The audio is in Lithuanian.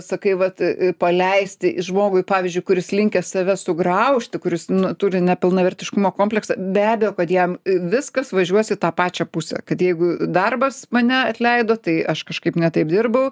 sakai vat paleisti žmogui pavyzdžiui kuris linkęs save sugraužti kuris turi nepilnavertiškumo kompleksą be abejo kad jam viskas važiuos į tą pačią pusę kad jeigu darbas mane atleido tai aš kažkaip ne taip dirbau